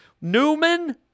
Newman